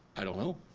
i don't know.